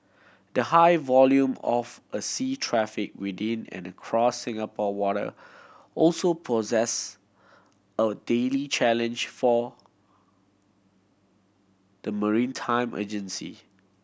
the high volume of a sea traffic within and across Singapore water also process a daily challenge for the maritime agency